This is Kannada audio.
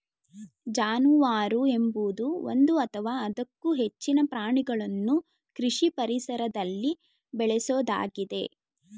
ಜಾನುವಾರು ಎಂಬುದು ಒಂದು ಅಥವಾ ಅದಕ್ಕೂ ಹೆಚ್ಚಿನ ಪ್ರಾಣಿಗಳನ್ನು ಕೃಷಿ ಪರಿಸರದಲ್ಲಿ ಬೇಳೆಸೋದಾಗಿದೆ